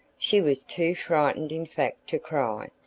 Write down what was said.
she was too frightened in fact to cry,